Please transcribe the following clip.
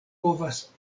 povas